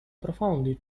profoundly